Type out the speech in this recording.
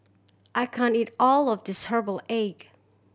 I can't eat all of this herbal egg